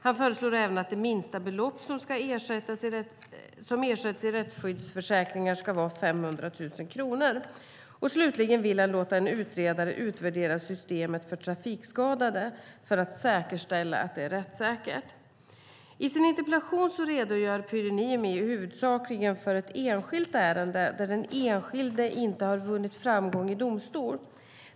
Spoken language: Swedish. Han föreslår även att det minsta belopp som ersätts i rättsskyddsförsäkringar ska vara 500 000 kronor. Slutligen vill han låta en utredare utvärdera systemet för trafikskadade för att säkerställa att det är rättssäkert. I sin interpellation redogör Pyry Niemi huvudsakligen för ett enskilt ärende där den enskilde inte har vunnit framgång i domstol.